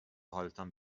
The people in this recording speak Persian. حالتان